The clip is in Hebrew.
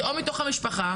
זה או מתוך המשפחה,